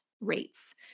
rates